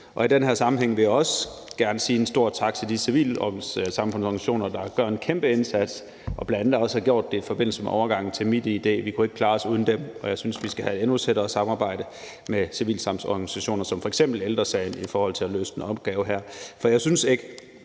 I den her sammenhæng vil jeg også gerne sige en stor tak til de civile samfundsorganisationer, der gør en kæmpe indsats, og som bl.a. også har gjort det i forbindelse med overgangen til MitID. Vi kunne ikke klare os uden dem, og jeg synes, at vi skal have et endnu tættere samarbejde med civilsamfundsorganisationer som f.eks. Ældre Sagen i forhold til at løse den opgave her.